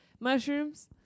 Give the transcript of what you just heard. Mushrooms